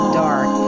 dark